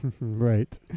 Right